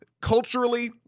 Culturally